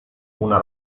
una